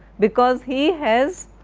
because he has